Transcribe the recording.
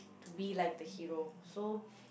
to be like the hero so